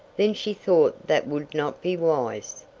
then she thought that would not be wise,